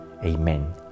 Amen